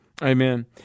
Amen